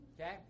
Okay